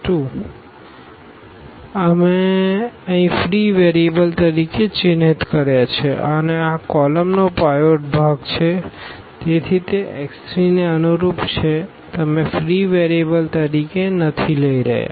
5 1 તેથી આ x2 અમે અહીં ફ્રી વેરીએબલ તરીકે ચિહ્નિત કર્યા છે અને આ કોલમનો પાઈવોટ ભાગ છે તેથી તે x3 ને અનુરૂપ છે તમે ફ્રી વેરીએબલ તરીકે નથી લઈ રહ્યા